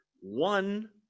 One